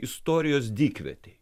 istorijos dykvietėj